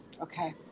Okay